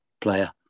player